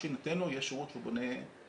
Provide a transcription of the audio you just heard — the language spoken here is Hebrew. שיינתן לו יהיה שירות שהוא בונה אמון.